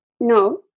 no